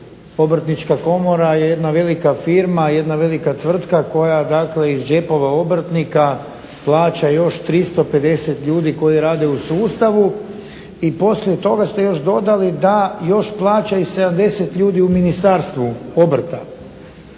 Obrtnička komora je jedna velika firma, jedna velika tvrtka koja dakle iz džepova obrtnika plaća još 350 ljudi koji rade u sustavu i poslije toga ste još dodali da još plaća i 70 ljudi u Ministarstvu obrta.